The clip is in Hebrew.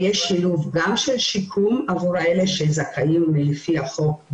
יש הבדל בין המענים שניתנים בתי חולים שהם יותר